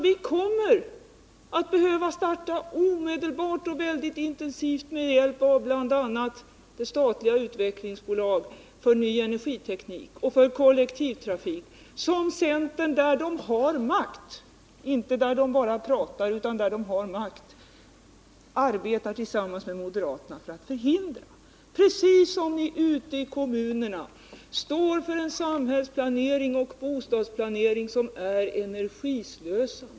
Vi behöver starta omedelbart och intensivt med hjälp av bl.a. det statliga utvecklingsbolaget för ny energiteknik och för kollektivtrafik som centern, där den har makt och inte bara pratar, arbetar tillsammans med moderaterna för att förhindra. Och ute i kommunerna står ni för en samhällsplanering och en bostadsplanering som är energislösande.